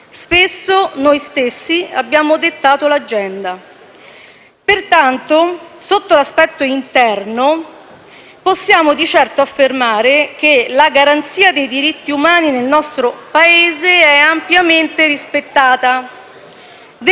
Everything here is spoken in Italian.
spesso noi stessi abbiamo dettato l'agenda. Pertanto, sotto l'aspetto interno, possiamo di certo affermare che la garanzia dei diritti umani nel nostro Paese è ampiamente rispettata.